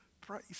Praise